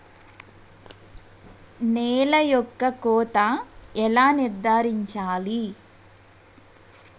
నేల యొక్క కోత ఎలా నిర్ధారించాలి?